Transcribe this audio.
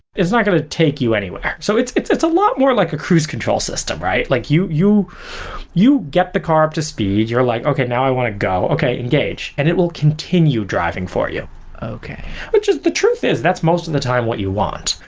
it's not going to take you anywhere. so it's it's a lot more like a cruise control system, right? like you you get the car up to speed. you're like, okay, now i want to go. okay engage. and it will continue driving for you okay which is the truth is, that's most of the time what you want,